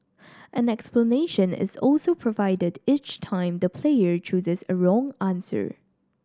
an explanation is also provided each time the player chooses a wrong answer